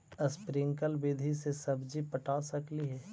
Sprinkle विधि से सब्जी पटा सकली हे?